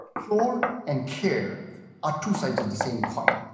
sure, and care are two sides of the same coin.